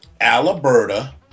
Alberta